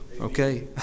okay